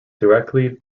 directly